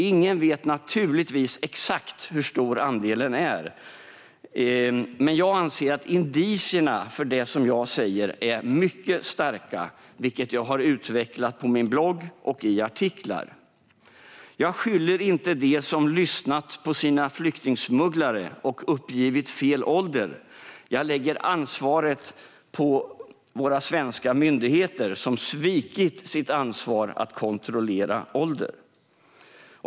Ingen vet naturligtvis exakt hur stor andelen är, men jag anser att indicierna för det som jag säger är mycket starka, vilket jag har utvecklat på min blogg och i artiklar. Jag skyller inte på dem som har lyssnat på sina flyktingsmugglare och uppgivit fel ålder. Jag lägger ansvaret på våra svenska myndigheter, som har svikit sitt ansvar för att kontrollera ålder.